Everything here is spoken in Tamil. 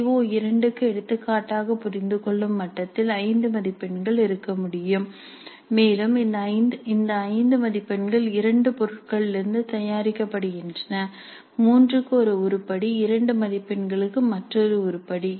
சி ஓ2 க்கு எடுத்துக்காட்டாக புரிந்துகொள்ளும் மட்டத்தில் 5 மதிப்பெண்கள் இருக்க வேண்டும் மேலும் இந்த 5 மதிப்பெண்கள் இரண்டு பொருட்களிலிருந்து தயாரிக்கப்படுகின்றன 3 க்கு ஒரு உருப்படி 2 மதிப்பெண்களுக்கு மற்றொரு உருப்படி